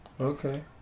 Okay